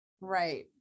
Right